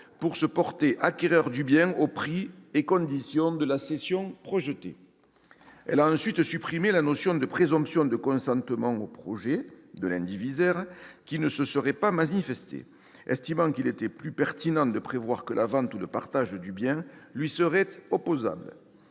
pour se porter acquéreur du bien aux prix et conditions de la cession projetée. Elle a ensuite supprimé la notion de présomption de consentement au projet de l'indivisaire qui ne se serait pas manifesté, estimant qu'il était plus pertinent de prévoir que la vente ou le partage du bien lui serait opposable.